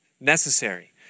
necessary